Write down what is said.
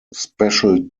special